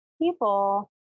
people